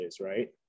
right